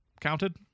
counted